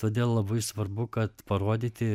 todėl labai svarbu kad parodyti